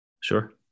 Sure